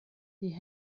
die